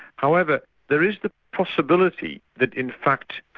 however there is the possibility that in fact,